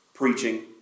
preaching